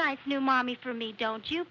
nice new mommy for me don't you